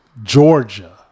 Georgia